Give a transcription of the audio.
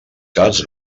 caps